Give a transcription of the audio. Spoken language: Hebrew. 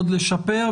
עוד לשפר,